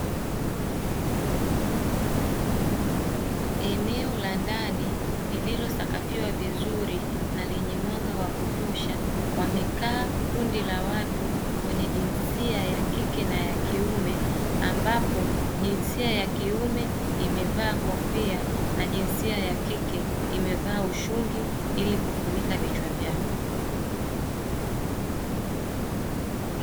Eneo la ndani lililosakafiwa vizuri na lenye mwanga wa kutosha wamekaa kundi la watu wenye jinsia ya kike na kiume, ambapo jinsia ya kiume imevaa kofia, na jinsia ya kike imevaa ushungi ili kufunika vichwa vyao.